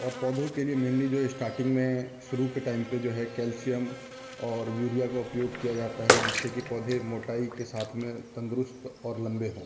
और पौधों के लिए मेनली जो स्टार्टिंग में शुरू के टाइम पर जो है कैल्शियम और यूरिया का उपयोग किया जाता है जिससे कि पौधे मोटाई के साथ में तंदुरुस्त और लम्बे हो